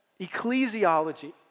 ecclesiology